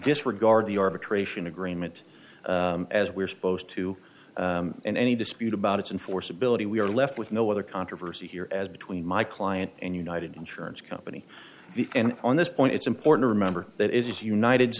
disregard the arbitration agreement as we're supposed to in any dispute about it's in force ability we are left with no other controversy here as between my client and united insurance company and on this point it's important to remember that it is united